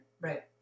Right